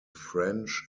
french